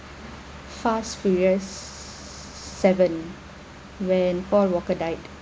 fast furious seven when paul walker died